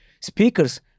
speakers